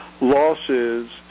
Losses